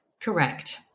Correct